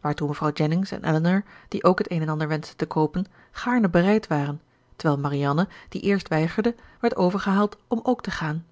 waartoe mevrouw jennings en elinor die ook het een en ander wenschten te koopen gaarne bereid waren terwijl marianne die eerst weigerde werd overgehaald om ook te gaan